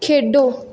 ਖੇਡੋ